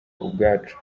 ubwacu